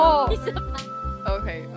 okay